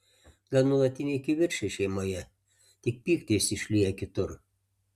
gal nuolatiniai kivirčai šeimoje tik pyktį jis išlieja kitur